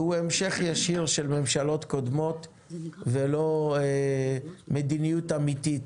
והוא המשך ישיר של ממשלות קודמות ולא מדיניות אמיתית.